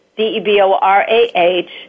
D-E-B-O-R-A-H